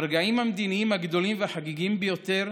ברגעים המדיניים הגדולים והחגיגיים ביותר,